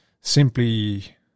simply